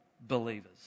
believers